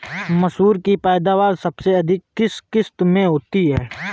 मसूर की पैदावार सबसे अधिक किस किश्त में होती है?